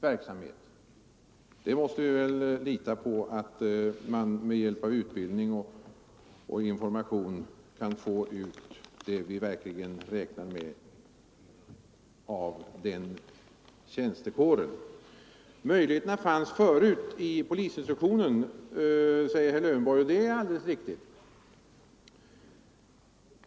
Vi måste lita på att man med hjälp av utbildning och information kan få självständigt arbetande personal. Möjligheter till omhändertagande fanns redan förut i polisinstruktionen, säger herr Lövenborg, och det är alldeles riktigt.